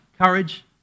courage